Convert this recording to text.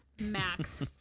Max